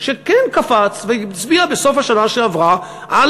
שכן קפץ והצביע בסוף השנה שעברה על